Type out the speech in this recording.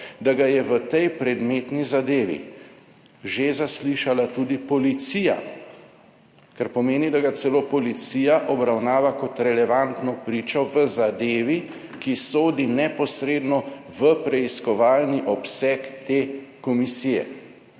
da ga je v tej predmetni zadevi že zaslišala tudi policija, kar pomeni, da ga celo policija obravnava kot relevantno pričo v zadevi, ki sodi neposredno v preiskovalni obseg te komisije,